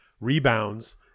rebounds